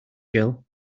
jill